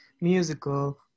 musical